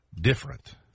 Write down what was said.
different